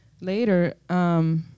later